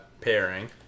pairing